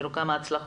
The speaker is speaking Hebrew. תראו כמה הצלחות.